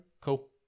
Cool